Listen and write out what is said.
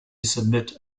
submit